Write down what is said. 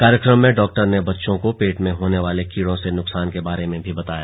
कार्यक्रम में डॉक्टर ने बच्चों को पेट में होने वाले कीड़े से नुकसान के बारे में भी बताया